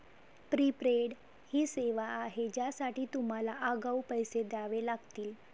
prepaid ही सेवा आहे ज्यासाठी तुम्हाला आगाऊ पैसे द्यावे लागतील